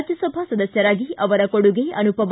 ರಾಜ್ಯಸಭಾ ಸದಸ್ಕರಾಗಿ ಅವರ ಕೊಡುಗೆ ಅನುಪಮ